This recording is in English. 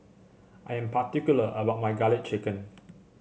I am particular about my garlic chicken